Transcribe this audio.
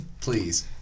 Please